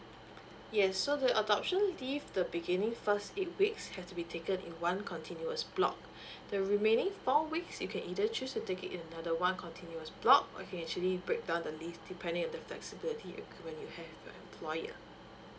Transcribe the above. yes so the adoption leave the beginning first eight weeks have to be taken in one continuous block the remaining four weeks you can either choose to take it in another one continuous block or you can actually break down the list depending on the flexibility you have with your employer